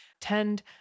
tend